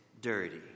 dirty